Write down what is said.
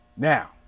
Now